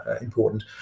important